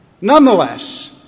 Nonetheless